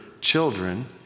children